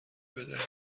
بدهید